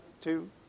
two